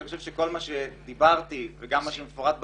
אני חושב שכל מה שאמרתי וגם מה שמפורט בדוח,